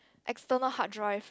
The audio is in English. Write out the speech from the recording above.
external hard drive